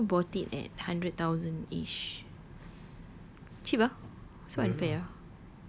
pak busu bought it at hundred thousandish cheap ah so unfair ah